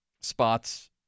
spots